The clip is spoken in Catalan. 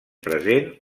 present